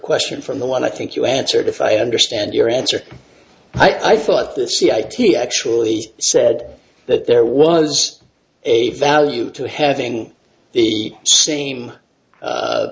question from the line i think you answered if i understand your answer i thought the c i t actually said that there was a value to having the same